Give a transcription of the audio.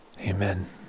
Amen